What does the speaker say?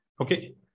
Okay